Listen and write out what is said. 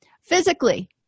Physically